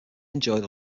enjoyed